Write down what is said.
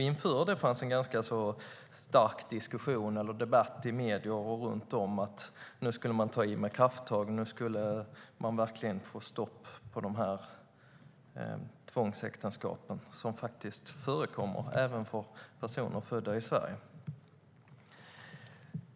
Inför det fanns en ganska stark diskussion eller debatt i medier och runt om om att nu skulle man ta i med krafttag och verkligen få stopp på tvångsäktenskapen som faktiskt förekommer även bland personer födda i Sverige.